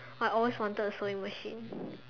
I always wanted a sewing machine